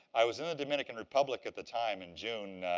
i was in the dominican republic at the time, in june,